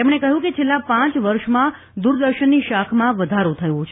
તેમેણે કહ્યું કે છેલ્લાં પાંચ વર્ષમાં દુરદર્શનની શાખમાં વધારો થયો છે